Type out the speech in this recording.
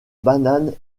banane